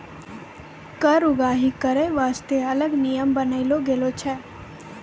कर उगाही करै बासतें अलग नियम बनालो गेलौ छै